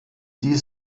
dies